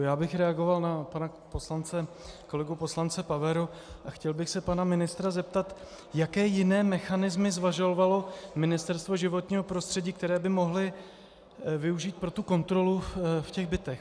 Já bych reagoval na pana kolegu poslance Paveru a chtěl bych se pana ministra zeptat, jaké jiné mechanismy zvažovalo Ministerstvo životního prostředí, které by mohli využít pro tu kontrolu v bytech.